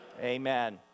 Amen